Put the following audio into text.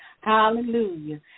hallelujah